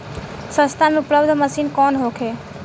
सस्ता में उपलब्ध मशीन कौन होखे?